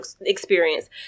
experience